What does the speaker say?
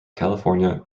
california